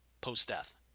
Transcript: post-death